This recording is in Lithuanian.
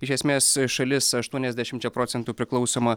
iš esmės šalis aštuoniasdešimčia procentų priklausoma